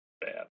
bad